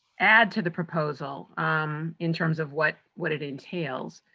add to the proposal um in terms of what what it entails.